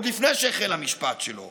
עוד לפני שהחל המשפט שלו.